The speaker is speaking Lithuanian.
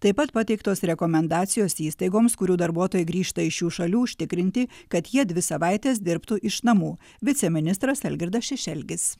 taip pat pateiktos rekomendacijos įstaigoms kurių darbuotojai grįžta iš šių šalių užtikrinti kad jie dvi savaites dirbtų iš namų viceministras algirdas šešelgis